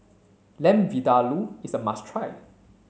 Lamb Vindaloo is a must try